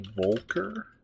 Volker